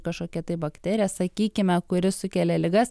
kažkokia tai bakterija sakykime kuri sukelia ligas